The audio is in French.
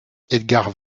edgard